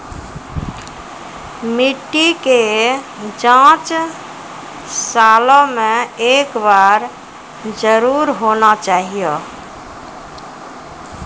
मिट्टी के जाँच सालों मे एक बार जरूर होना चाहियो?